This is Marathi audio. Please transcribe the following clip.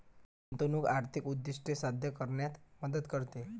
गुंतवणूक आर्थिक उद्दिष्टे साध्य करण्यात मदत करते